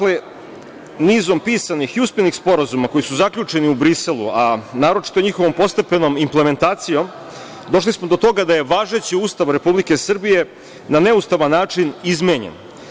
Nizom pisanih i usmenih sporazuma koji su zaključeni u Briselu, a naročito njihovom postepenom implementacijom došli smo do toga da je važeći Ustav Republike Srbije na neustavan način izmenjen.